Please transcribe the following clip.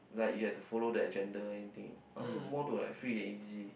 like you have to follow the agenda everything I want more to have free and easy